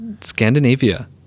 Scandinavia